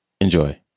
Enjoy